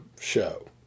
show